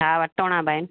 हा वठोणा बि आहिनि